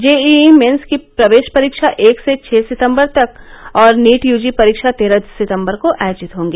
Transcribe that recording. JEE mains की प्रवेश परीक्षा एक से छः सितबर तक और नीट यूजी परीक्षा तेरह सिंतबर को आयोजित होगी